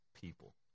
people